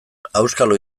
auskalo